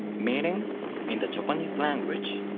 meaning in the japanese language,